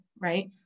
right